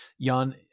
Jan